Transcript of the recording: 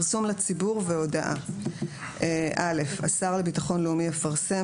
"פרסום לציבור והודעה (א) השר לביטחון לאומי יפרסם,